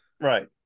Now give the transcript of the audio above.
Right